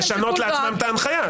לא, שנייה --- לשנות לעצמם את ההנחיה.